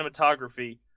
Cinematography